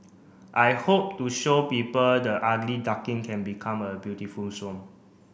I hope to show people the ugly duckling can become a beautiful swan